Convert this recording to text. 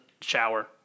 shower